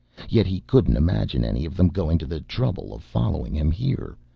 yet he couldn't imagine any of them going to the trouble of following him here.